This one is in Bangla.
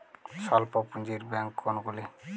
স্বল্প পুজিঁর ব্যাঙ্ক কোনগুলি?